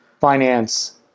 Finance